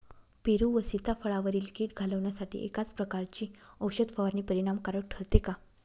पेरू व सीताफळावरील कीड घालवण्यासाठी एकाच प्रकारची औषध फवारणी परिणामकारक ठरते का?